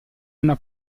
una